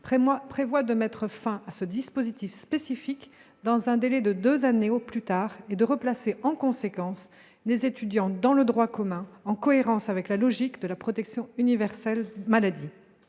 prévoit de mettre fin à ce dispositif spécifique dans un délai de deux années au plus tard et de replacer en conséquence les étudiants dans le droit commun, en cohérence avec la logique de la protection universelle maladie.